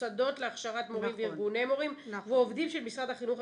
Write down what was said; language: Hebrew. מוסדות להכשרת מורים וארגוני מורים ועובדים של משרד החינוך,